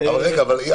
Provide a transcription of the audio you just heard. -- אבל רגע,